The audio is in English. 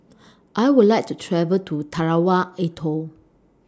I Would like to travel to Tarawa Atoll